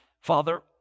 Father